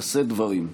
לשאת דברים.